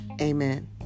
amen